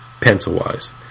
pencil-wise